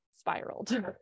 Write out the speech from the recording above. spiraled